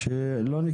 לא,